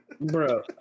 Bro